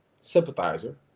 sympathizer